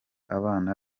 abana